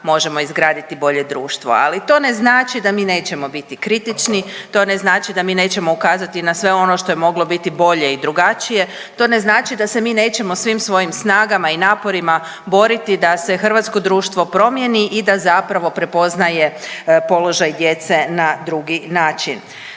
možemo izgraditi bolje društvo, ali to ne znači da mi nećemo biti kritični, to ne znači da mi nećemo ukazati na sve ono što je moglo biti bolje i drugačije, to ne znači da se mi nećemo svim svojim snagama i naporima boriti da se hrvatsko društvo promijeni i da zapravo prepoznaje položaj djece na drugi način.